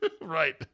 Right